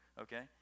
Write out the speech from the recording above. okay